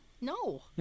no